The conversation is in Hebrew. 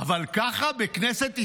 אבל ככה, בכנסת ישראל?